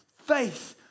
Faith